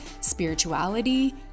spirituality